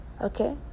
okay